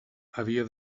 havia